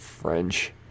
French